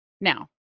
now